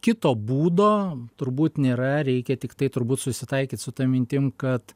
kito būdo turbūt nėra reikia tiktai turbūt susitaikyt su ta mintim kad